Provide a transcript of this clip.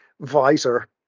visor